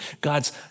God's